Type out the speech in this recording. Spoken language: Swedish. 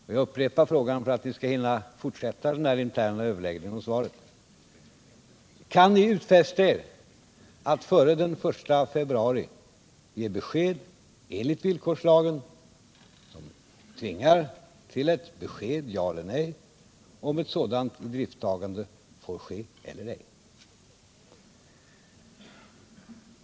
Och jag upprepar frågan för att ni skall hinna fortsätta den interna överläggningen om Den ekonomiska svaret: Kan ni utfästa er att före den 1 februari ge besked enligt vill politiken m.m. korslagen — som tvingar till besked, ett ja eller ett nej — om ett sådant idrifttagande får ske eller ej?